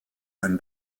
ein